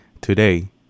today